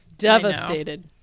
devastated